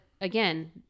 again